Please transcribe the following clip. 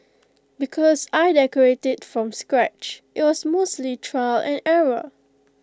because I decorated from scratch IT was mostly trial and error